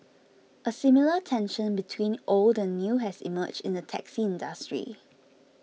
a similar tension between old and new has emerged in the taxi industry